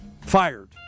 fired